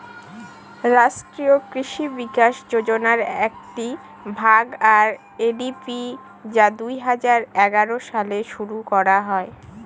রাষ্ট্রীয় কৃষি বিকাশ যোজনার একটি ভাগ আর.এ.ডি.পি যা দুই হাজার এগারো সালে শুরু করা হয়